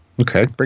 Okay